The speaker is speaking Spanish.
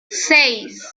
seis